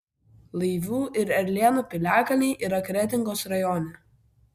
laivių ir erlėnų piliakalniai yra kretingos rajone